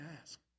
ask